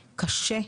קשה,